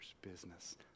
business